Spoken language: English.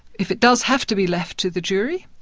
if it does have to be left to the jury,